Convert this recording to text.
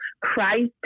Christ